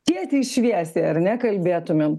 tiesiai šviesiai ar ne kalbėtumėm